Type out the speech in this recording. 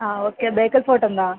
ആ okay Bekal fort ഉണ്ടോ